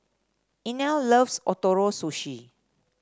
Inell loves Ootoro Sushi